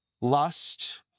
Lust